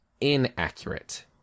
inaccurate